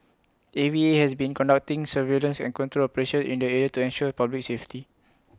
A V A has been conducting surveillance and control operations in the area to ensure public safety